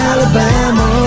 Alabama